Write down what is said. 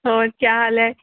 ਹੋਰ ਕਯਾ ਹਾਲ ਹੈ